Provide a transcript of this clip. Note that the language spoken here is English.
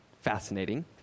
Fascinating